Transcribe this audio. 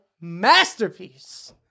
masterpiece